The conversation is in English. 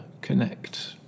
connect